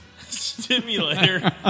Stimulator